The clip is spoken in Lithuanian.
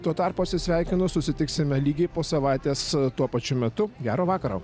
tuo tarpu atsisveikinu susitiksime lygiai po savaitės tuo pačiu metu gero vakaro